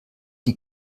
die